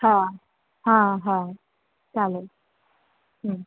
હ હા હા ચાલે હૂમ